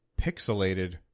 pixelated